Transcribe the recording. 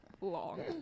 long